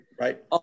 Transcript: Right